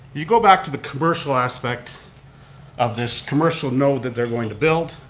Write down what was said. you go back to the commercial aspect of this commercial node that they're going to build.